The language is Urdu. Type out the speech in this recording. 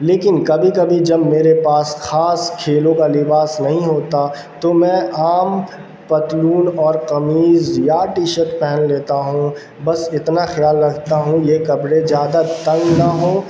لیکن کبھی کبھی جب میرے پاس خاص کھیلوں کا لباس نہیں ہوتا تو میں عام پتلون اور قمیض یا ٹی شرٹ پہن لیتا ہوں بس اتنا خیال رکھتا ہوں یہ کپڑے زیادہ تنگ نہ ہوں